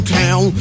town